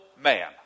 man